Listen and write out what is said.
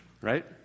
Right